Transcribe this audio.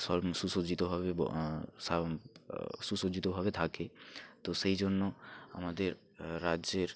স্বয়ং সুসজ্জিতভাবে সুসজ্জিতভাবে থাকে তো সেই জন্য আমাদের রাজ্যের